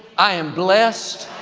i am blessed.